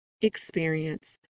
experience